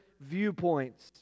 viewpoints